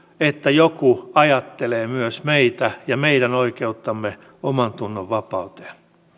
että joku ajattelee myös meitä ja meidän oikeuttamme omantunnonvapauteen